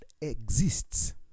exists